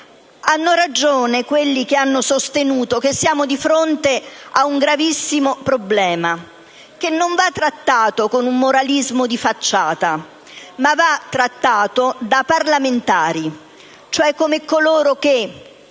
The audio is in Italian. Hanno ragione quanti hanno sostenuto che siamo di fronte a un gravissimo problema, che non va trattato con un moralismo di facciata, ma da parlamentari, cioè come coloro che,